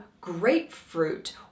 grapefruit